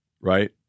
Right